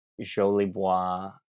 Jolibois